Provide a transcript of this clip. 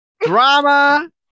Drama